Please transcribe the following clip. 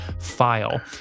file